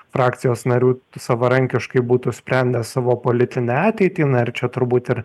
frakcijos narių savarankiškai būtų sprendę savo politinę ateitį na ir čia turbūt ir